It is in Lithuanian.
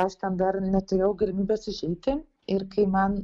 aš ten dar neturėjau galimybės užeiti ir kai man